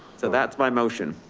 so that's my motion.